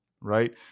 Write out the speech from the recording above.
right